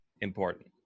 Important